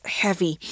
heavy